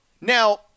Now